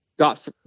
got